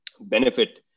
benefit